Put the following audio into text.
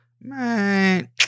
man